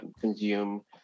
consume